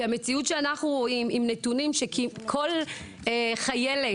אנחנו רואים מציאות ונתונים שכל חיילת